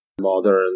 modern